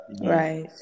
right